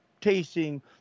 tasting